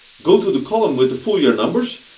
go to the column with the full year numbers,